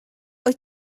wyt